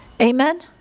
Amen